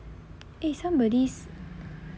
eh somebody's